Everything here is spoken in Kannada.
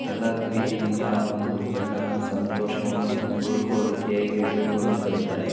ಎಲ್ಲ ರೀತಿಯಿಂದ ಒಂದು ಗಂಡನ ಸಂತೋಷವನ್ನು ಉಳ್ಸ್ಕೊಳೋದಕ್ಕೆ ಹೇಗ್ ಇರಬೇಕು ಅನ್ನೋದು ಕಲೀತಾರೆ